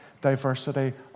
diversity